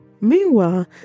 meanwhile